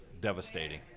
devastating